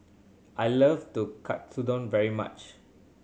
I love Katsudon very much